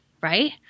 right